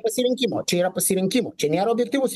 pasirinkimo čia yra pasirinkimo čia nėra objektyvus